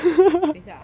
等下还有